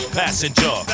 passenger